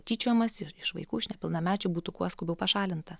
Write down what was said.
tyčiojamasis iš vaikų iš nepilnamečių būtų kuo skubiau pašalinta